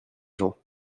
gens